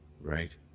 right